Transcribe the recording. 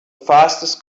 fastest